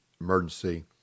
emergency